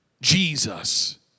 Jesus